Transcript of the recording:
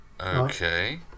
Okay